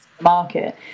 market